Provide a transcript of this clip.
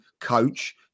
coach